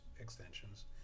extensions